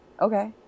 okay